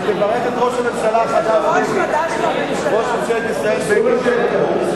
ותברך את ראש הממשלה החדש, ראש ממשלת ישראל בגין.